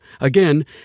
Again